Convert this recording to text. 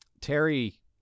Terry